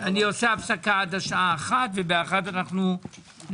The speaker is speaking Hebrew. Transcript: הישיבה ננעלה בשעה 12:50.